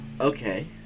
Okay